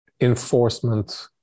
Enforcement